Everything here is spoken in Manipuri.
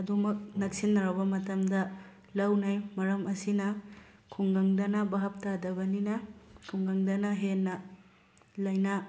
ꯑꯗꯨꯝꯃꯛ ꯅꯛꯁꯤꯟꯅꯔꯕ ꯃꯇꯝꯗ ꯂꯧꯅꯩ ꯃꯔꯛ ꯑꯁꯤꯅ ꯈꯨꯡꯒꯪꯗꯅ ꯚꯥꯞ ꯇꯥꯗꯕꯅꯤꯅ ꯈꯨꯡꯒꯪꯗꯅ ꯍꯦꯟꯅ ꯂꯥꯏꯅꯥ